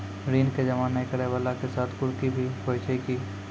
ऋण के जमा नै करैय वाला के साथ कुर्की भी होय छै कि?